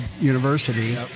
University